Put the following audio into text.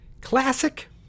Classic